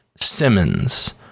Simmons